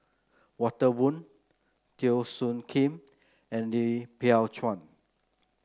Walter Woon Teo Soon Kim and Lim Biow Chuan